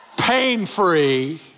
pain-free